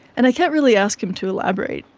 and i can't really ask him to elaborate,